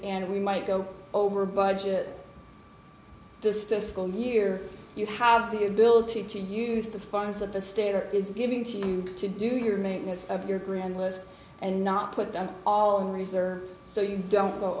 and we might go over budget distance school near you have the ability to use the funds of the state or is given to you to do your maintenance of your grand list and not put them all in reserve so you don't go